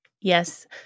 Yes